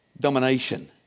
domination